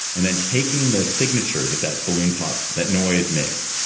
and then taking the signature that that balloon pop that noise makes.